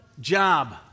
job